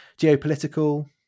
geopolitical